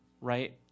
right